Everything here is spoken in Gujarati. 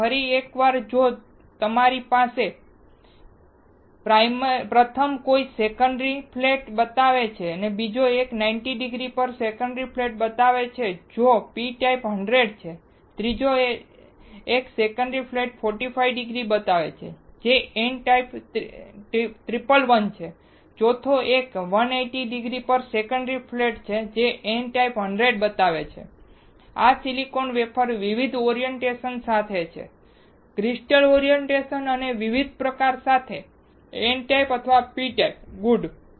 તેથી ફરી એક વાર જો આપણે જોઈએ તો પ્રથમ કોઈ સેકન્ડરી ફ્લેટ બતાવે છે બીજો એક 90 ડિગ્રી પર સેકન્ડરી ફ્લેટ બતાવે છે જે p ટાઇપ 100 છે ત્રીજો એક સેકન્ડરી ફ્લેટ 45 ડિગ્રી બતાવે છે જે n ટાઇપ 111 છે ચોથો એક 180 ડિગ્રી પર સેકન્ડરી ફ્લેટ જે n ટાઇપ 100 બતાવે છે આ સિલિકોન વેફર વિવિધ ઓરિએન્ટેશન સાથે છે ક્રિસ્ટલ ઓરિએન્ટેશન અને વિવિધ પ્રકારો સાથે n ટાઇપ અથવા p ટાઇપ ગુડ